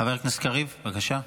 חבר הכנסת קריב, בבקשה.